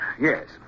yes